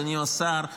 אדוני השר,